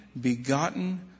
begotten